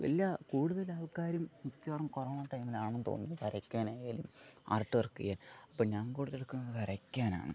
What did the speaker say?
എല്ലാ കൂട്തലാൾക്കാരും മിക്കവാറും കൊറോണ ടൈമിലാണെന്ന് തോന്നുന്നു വരയ്ക്കാനായാലും ആർട്ട് വർക്ക് ചെയ്യാൻ അപ്പോൾ ഞാന് കൂട്തലും എടുക്കുന്നത് വരയ്ക്കാനാണ്